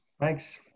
Thanks